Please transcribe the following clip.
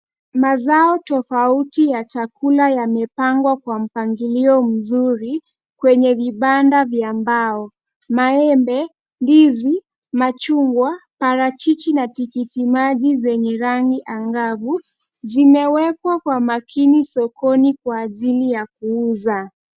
Mazao tofauti ya chakula yamepangwa kwa mpangilio mzuri, kwenye vibanda vya mbao. Maembe, ndizi, machungwa, parachichi na tikitimaji zenye rangi ang'avu zimewekwa kwa makini sokoni kwa ajili ya kuuza.